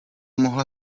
mohla